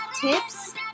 tips